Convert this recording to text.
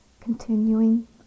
continuing